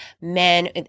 Men